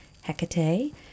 Hecate